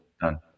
done